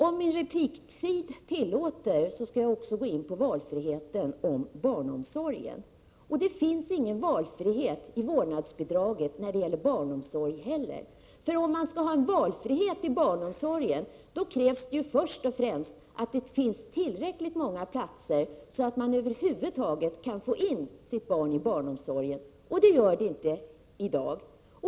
Om min repliktid tillåter det skall jag också gå in på valfriheten i barnomsorgen. Det finns inte heller någon valfrihet i vårdnadsbidraget när det gäller barnomsorgen. Om man skall kunna ha en valfrihet i barnomsorgen, krävs det först och främst att det finns tillräckligt många platser så att man över huvud taget kan få in sitt barn i barnomsorgen. Det gör det inte i dag.